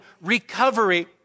recovery